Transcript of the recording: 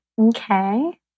Okay